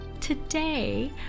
Today